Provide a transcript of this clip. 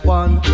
one